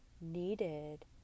needed